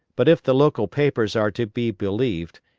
but if the local papers are to be believed,